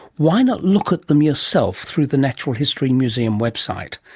why not look at them yourself through the natural history museum website.